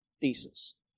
thesis